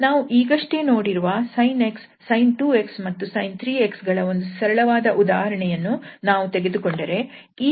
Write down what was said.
ನಾವು ಈಗಷ್ಟೇ ನೋಡಿರುವ sin 𝑥 sin 2𝑥 ಮತ್ತು sin 3𝑥 ಗಳ ಒಂದು ಸರಳವಾದ ಉದಾಹರಣೆಯನ್ನು ನಾವು ತೆಗೆದುಕೊಂಡರೆ ಈ ಫಂಕ್ಷನ್ ನ ಪೀರಿಯಡ್ 2𝜋 ಆಗಿದೆ